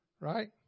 right